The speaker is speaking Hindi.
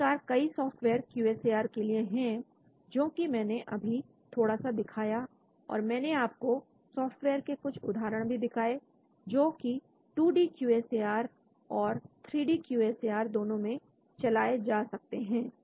इस प्रकार कई software Q S A R के लिए है जो कि मैंने अभी थोड़ा सा दिखाया और मैंने आपको सॉफ्टवेयर के कुछ उदाहरण भी दिखाएं जो कि two D Q S A R और three D Q S A R दोनों में चलाएं जा सकते हैं